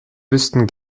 wüssten